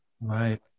Right